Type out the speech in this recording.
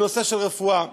בנושא רפואה.